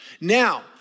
Now